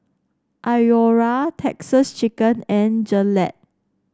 Iora Texas Chicken and Gillette